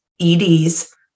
EDs